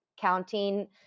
counting